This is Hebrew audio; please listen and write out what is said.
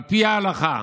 על פי ההלכה,